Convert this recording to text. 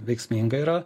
veiksminga yra